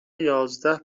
یازده